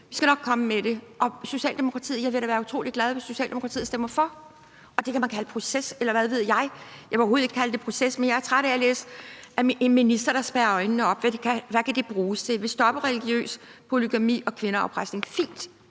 vi skal nok komme med det. Jeg vil da være utrolig glad, hvis Socialdemokratiet stemmer for. Det kan man kalde proces, eller hvad ved jeg – jeg vil overhovedet ikke kalde det proces. Men jeg er træt af at læse om en minister, der spærrer øjnene op, for hvad kan det bruges til? Vil det stoppe religiøs polygami og kvindeafpresning? Fint,